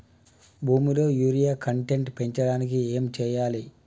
భూమిలో urea content పెంచడానికి ఏం చేయాలి?